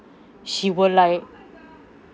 she will like